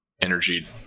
energy